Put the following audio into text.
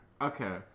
okay